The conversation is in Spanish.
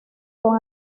con